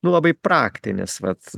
nu labai praktinis vat